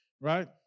Right